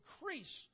increase